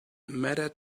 mattered